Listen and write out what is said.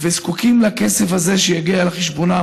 וזקוקים לכסף הזה שיגיע לחשבונם,